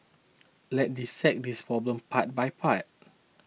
let's dissect this problem part by part